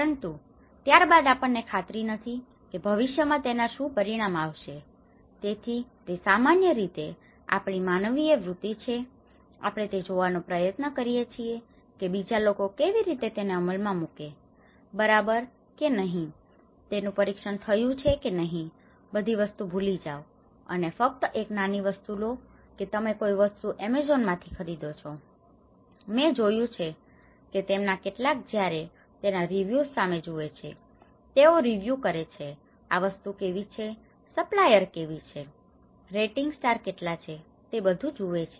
પરંતુ ત્યારબાદ આપણને ખાતરી નથી કે ભવિષ્ય માં તેના શું પરિણામ આવશે તેથી તે સામાન્ય રીતે આપણી માનવીય વૃત્તિ છે આપણે તે જોવાનો પ્રયત્ન કરીએ છીએ કે બીજા લોકો કેવી રીતે તેને અમલ માં મૂકે છે તે બરાબર છે કે નહિ તેનું પરીક્ષણ થયું છે કે નહિ બધી વસ્તુ ભૂલી જાઓ અને ફક્ત એક નાની વસ્તુ લો કે તમે કોઈ વસ્તુ એમેઝોન માંથી ખરીદો છો મેં જોયું છે કે તેમના કેટલાક જયારે તેના રીવ્યુસ સામે જુએ છે તેઓ રીવ્યુ કરે છે કે આ વસ્તુ કેવી છે સપ્લાયર કેવી છે રેટિંગ સ્ટાર કેટલા છે આ બધી વસ્તુઓ જુએ છે